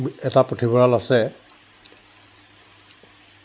এটা পুথিভঁৰাল আছে